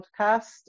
podcast